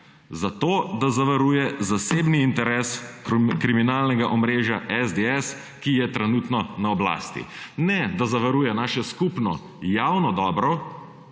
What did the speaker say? Zato, da zavaruje zasebni interes kriminalnega omrežja SDS, ki je trenutno na oblasti. Ne da zavaruje naše skupno javno dobro,